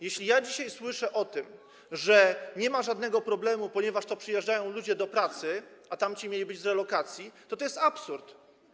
Jeśli dzisiaj słyszę, że nie ma żadnego problemu, ponieważ przyjeżdżają ludzie do pracy, a tamci mieli być z relokacji, to jest to absurd.